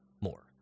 more